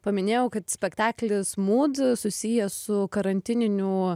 paminėjau kad spektaklis mūd susijęs su karantininių